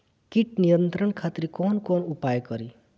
कीट नियंत्रण खातिर कवन कवन उपाय करी?